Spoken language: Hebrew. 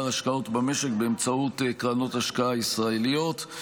השקעות במשק באמצעות קרנות השקעה ישראליות.